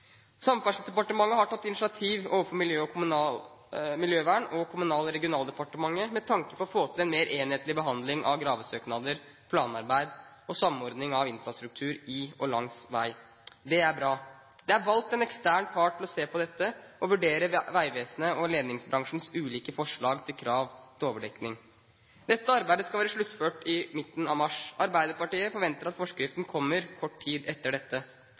Samferdselsdepartementet har tatt et initiativ overfor Miljøverndepartementet og Kommunal- og regionaldepartementet med tanke på å få til en mer enhetlig behandling av gravesøknader, planarbeid og samordning av infrastruktur i og langs vei. Det er bra. Det er valgt en ekstern part til å se på dette og til å vurdere Vegvesenets og ledningsbransjens ulike forslag til krav til overdekking. Dette arbeidet skal være sluttført i midten av mars. Arbeiderpartiet forventer at forskriften kommer kort tid etter dette.